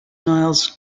nils